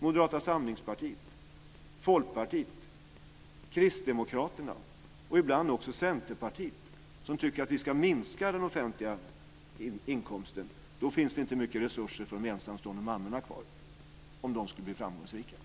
Moderata samlingspartiet, Folkpartiet, Kristdemokraterna och ibland också Centerpartiet, tycker att vi ska minska den offentliga inkomsten. Om de skulle bli framgångsrika kommer det inte att finnas mycket resurser för de ensamstående mammorna kvar.